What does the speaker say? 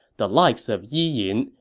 the likes of yi yin,